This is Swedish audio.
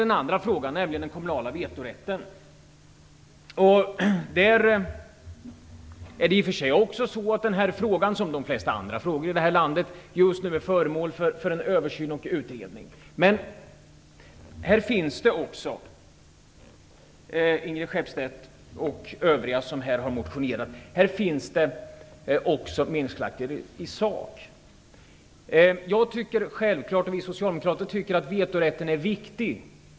Så till frågan om den kommunala vetorätten. Denna fråga, liksom de flesta andra frågor i detta land, är just nu föremål för översyn och utredning. Här finns också, Ingrid Skeppstedt och övriga motionärer, meningsskiljaktigheter i sak. Vi socialdemokrater tycker självfallet att vetorätten är viktig.